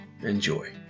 Enjoy